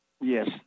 Yes